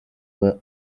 were